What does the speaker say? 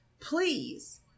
please